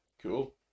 Cool